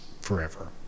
forever